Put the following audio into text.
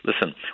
listen